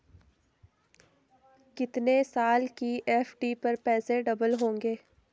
कितने साल की एफ.डी पर पैसे डबल होंगे?